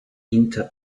into